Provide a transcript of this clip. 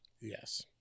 Yes